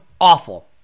awful